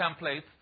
templates